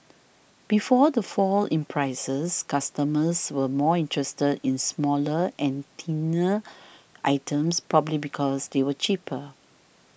before the fall in prices customers were more interested in smaller and thinner items probably because they were cheaper